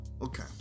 Okay